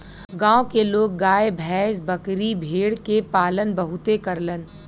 गांव के लोग गाय भैस, बकरी भेड़ के पालन बहुते करलन